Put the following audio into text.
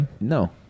No